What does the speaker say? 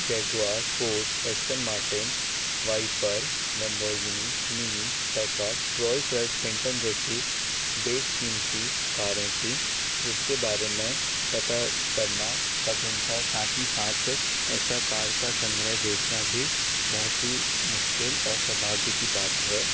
Jaguar Porsche Aston Martin Viper Lamborghini Mini Packard Rolls Royce Phantom जैसी बेस कीमती कारें थी जिसके बारे मे पता करना कठिन था साथ ही साथ ऐसा कार का संग्रह देखना भी बहुत ही मुश्किल और सौभाग्य की बात है